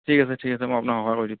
ঠিক আছে ঠিক আছে মই আপোনাক সহায় কৰি দিম